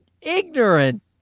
ignorant